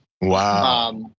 Wow